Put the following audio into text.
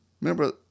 Remember